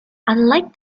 unlike